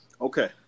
Okay